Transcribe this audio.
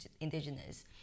indigenous